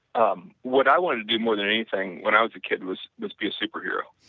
um what i wanted to do more than anything when i was a kid was was be a superhero.